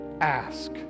ask